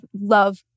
love